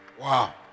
wow